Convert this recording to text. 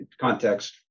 context